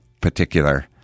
particular